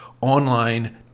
online